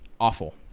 awful